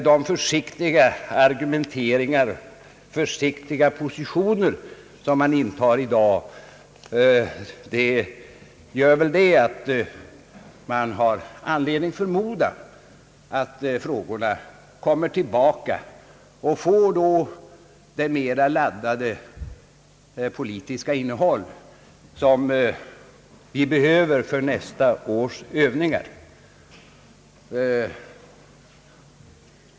De försiktiga argumenteringarna och positionerna i dag ger mig anledning förmoda att frågorna kommer tillbaka och får det mera laddade politiska innehåll, som vi behöver för nästa års övningar.